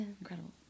Incredible